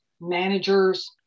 managers